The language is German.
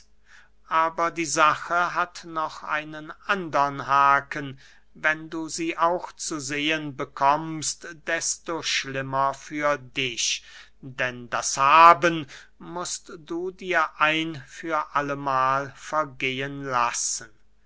aber die sache hat noch einen andern haken wenn du sie auch zu sehen bekommst desto schlimmer für dich denn das haben mußt du dir ein für alle mahl vergehen lassen